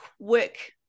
quick